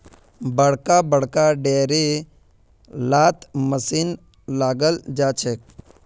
बड़का बड़का डेयरी लात मशीन लगाल जाछेक